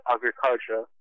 Agriculture